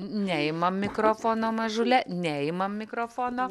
neimam mikrofono mažule neimam mikrofono